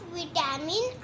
vitamin